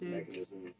mechanism